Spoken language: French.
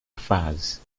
phases